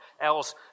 else